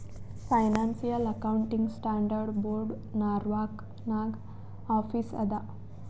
financial accounting standard board Norwalk ನಾಗ್ office ಅದಾ